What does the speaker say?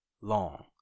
long